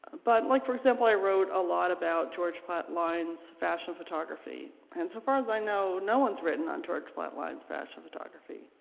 but like for example i wrote a lot about george platt lynes fashion photography and so far as i know no one's written on george platt lynes fashion photography.